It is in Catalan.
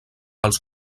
els